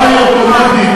ודאי שזה נכון.